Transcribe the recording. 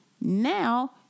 Now